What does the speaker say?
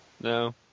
No